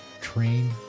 train